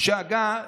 שהגה,